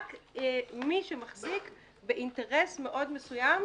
רק מי שמחזיק באינטרס מאוד מסוים,